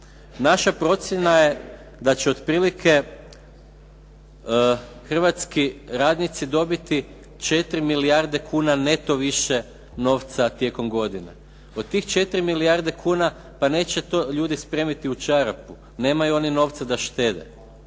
Naša procjena je da će otprilike hrvatski radnici dobiti 4 milijarde kuna neto više novca tijekom godine. Od tih 4 milijarde kuna pa neće to ljudi spremiti u čarapu, nemaju oni novca da štede.